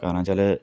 കാരണം വെച്ചാൽ